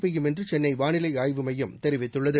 பெய்யும் என்று சென்னை வானிலை ஆய்வு மையம் தெரிவித்துள்ளது